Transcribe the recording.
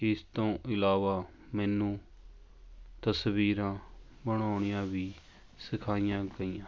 ਇਸ ਤੋਂ ਇਲਾਵਾ ਮੈਨੂੰ ਤਸਵੀਰਾਂ ਬਣਾਉਣੀਆਂ ਵੀ ਸਿਖਾਈਆਂ ਗਈਆਂ